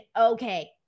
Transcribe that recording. okay